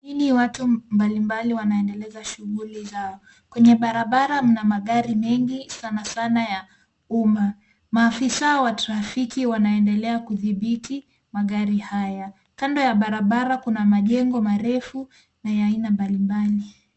Watu mbali mbali wanaendeleza shunguli zao, kwenye barabara kunna magari mengi sanasana ya uma. Maafisa wa trafiki wanaendelea kudhibiti magari haya. Kando ya barabara kuna majengo marefu na ya aina mbali mbali.